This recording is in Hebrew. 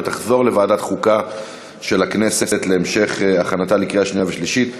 ותוחזר לוועדת החוקה של הכנסת להמשך הכנתה לקריאה שנייה ושלישית.